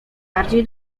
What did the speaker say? bardziej